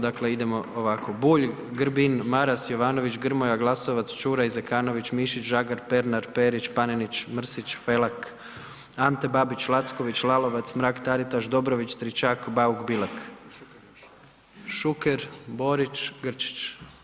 Dakle idemo ovako: Bulj, Grbin, Maras, Jovanović, Grmoja, Glasovac, Čuraj, Zekanović, Mišić, Žagar, Pernar, Perić, Panenić, Mrsić, Felak, Ante Babić, Lacković, Lalovac, Mrak-Taritaš, Dobrović, Stričak, Bauk, Bilek, Šuker, Borić, Grčić.